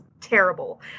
terrible